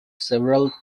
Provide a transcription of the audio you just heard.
several